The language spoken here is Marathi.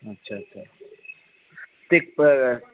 अच्छा अच्छा तर प